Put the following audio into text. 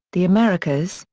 the americas,